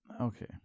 Okay